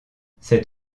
cet